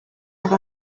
have